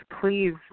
please